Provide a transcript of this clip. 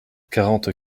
quarante